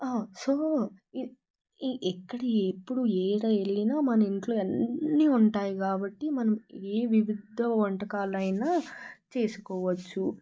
so ఈ ఎక్కడి ఎప్పుడు ఏడ వెళ్లిన మన ఇంట్లో అన్నీ ఉంటాయి కాబట్టి మనము ఏ వివిధ వంటకాలు అయినా చేసుకోవచ్చు